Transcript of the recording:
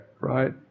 right